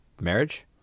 marriage